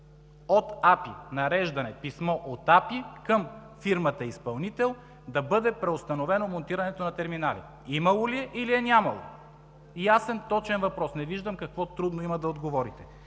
– нареждане, писмо от АПИ към фирмата изпълнител да бъде преустановено монтирането на терминали? Имало ли е, или е нямало? Ясен, точен въпрос – не виждам какво трудно има да отговорите.